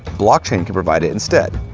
blockchain could provide it instead.